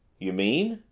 you mean?